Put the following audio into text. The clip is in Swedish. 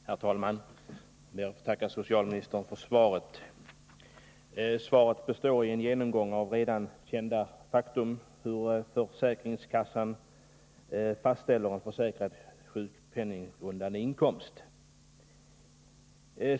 Herr talman! Jag ber att få tacka socialministern för svaret. Svaret består av en genomgång av redan kända fakta hur försäkringskassan fastställer en försäkrads sjukpenninggrundande inkomst.